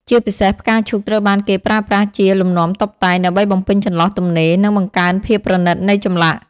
ជាពិសេស ផ្កាឈូកត្រូវបានគេប្រើប្រាស់ជា លំនាំតុបតែង ដើម្បីបំពេញចន្លោះទំនេរ និងបង្កើនភាពប្រណីតនៃចម្លាក់។